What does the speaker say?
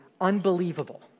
unbelievable